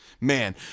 Man